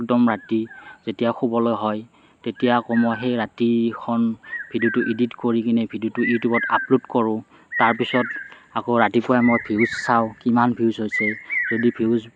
একদম ৰাতি যেতিয়া শুবলৈ হয় তেতিয়া অকৌ মই সেই ৰাতিখন ভিডিঅ'টো ইডিট কৰিকেনে ভিডিঅ'টো ইউটিউবত আপলোড কৰোঁ তাৰপিছত আকৌ ৰাতিপুৱাই মই ভিউজ চাওঁ কিমান ভিউজ হৈছে যদি ভিউজ